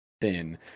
thin